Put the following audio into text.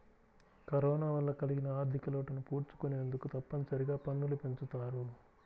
corona వల్ల కలిగిన ఆర్ధికలోటును పూడ్చుకొనేందుకు తప్పనిసరిగా పన్నులు పెంచుతారు